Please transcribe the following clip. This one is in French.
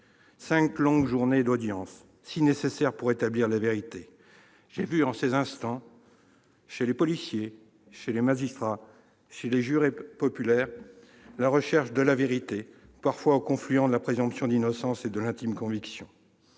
cinq longues journées. J'ai assisté, en ces instants, chez les policiers, chez les magistrats, chez les jurés populaires à la recherche de la vérité, parfois au confluent de la présomption d'innocence et de l'intime conviction.